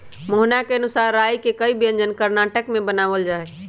मोहना के अनुसार राई के कई व्यंजन कर्नाटक में बनावल जाहई